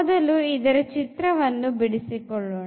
ಮೊದಲು ಇದರ ಚಿತ್ರವನ್ನು ಬಿಡಿಸಿ ಕೊಳ್ಳೋಣ